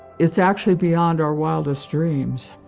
it's actually beyond our wildest dreams.